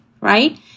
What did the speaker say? right